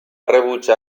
rebutjar